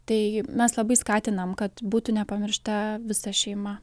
tai mes labai skatinam kad būtų nepamiršta visa šeima